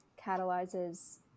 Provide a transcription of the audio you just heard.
catalyzes